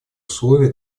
условия